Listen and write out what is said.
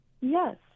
Yes